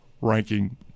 ranking